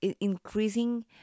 increasing